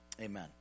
Amen